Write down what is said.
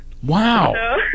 Wow